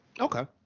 Okay